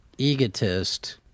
egotist